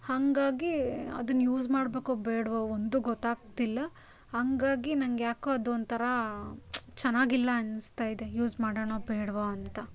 ಹಾಗಾಗಿ ಅದನ್ನ ಯೂಸ್ ಮಾಡಬೇಕೋ ಬೇಡವೋ ಒಂದೂ ಗೊತ್ತಾಗ್ತಿಲ್ಲ ಹಾಗಾಗಿ ನನಗ್ಯಾಕೋ ಅದು ಒಂಥರಾ ಚೆನ್ನಾಗಿಲ್ಲ ಅನ್ನಸ್ತಾ ಇದೆ ಯೂಸ್ ಮಾಡೋಣ ಬೇಡವೋ ಅಂತ